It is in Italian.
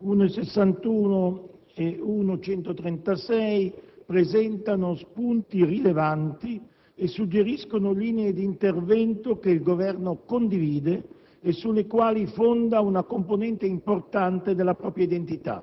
nn. 61 e 136 presentano spunti rilevanti e suggeriscono linee di intervento che il Governo condivide e sulle quali fonda una componente importante della propria identità.